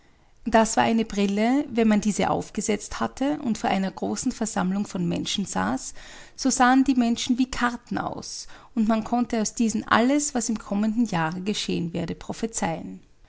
das war eine brille wenn man diese aufgesetzt hatte und vor einer großen versammlung von menschen saß so sahen die menschen wie karten aus und man konnte aus diesen alles was im kommenden jahre geschehen werde prophezeihen